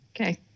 Okay